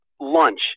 lunch